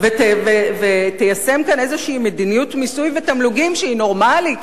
ותיישם כאן איזו מדיניות מיסוי ותמלוגים שהיא נורמלית,